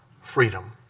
freedom